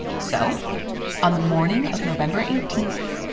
so on the morning of november eighteen,